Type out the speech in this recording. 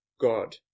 God